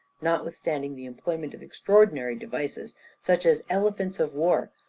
notwithstanding the employment of extraordinary devices, such as elephants of war,